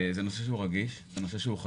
זה נושא שהוא רגיש, וזה